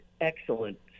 excellent